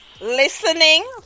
Listening